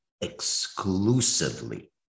exclusively